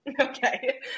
Okay